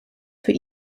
für